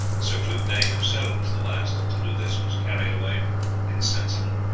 sir clugnet himself was the last to do this, and was carried away insensible.